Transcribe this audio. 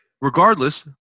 regardless